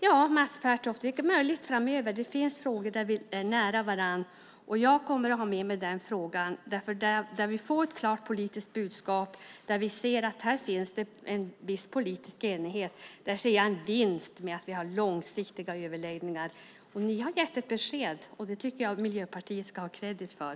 Ja, Mats Pertoft, det är möjligt framöver. Det finns frågor där vi är nära varandra. Jag kommer att ha med mig frågan. Där vi får ett klart politiskt budskap och där vi ser att det finns en viss politisk enighet ser jag en vinst med att ha långsiktiga överläggningar. Ni har gett ett besked, och det ska Miljöpartiet ha kredit för.